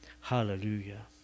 Hallelujah